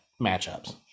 matchups